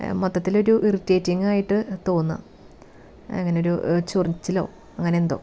മൊത്തത്തിൽ ഒരു ഇറിറ്റേറ്റിങ് ആയിട്ട് തോന്നാ അങ്ങനൊരു ചൊറിച്ചിലോ അങ്ങനെ എന്തോ